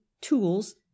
tools